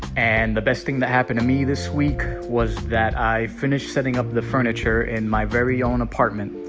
and the best thing that happened to me this week was that i finished setting up the furniture in my very own apartment.